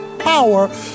power